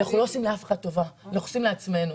אנחנו לא עושים טובה לאף אחד אלא לעצמנו.